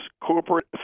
corporate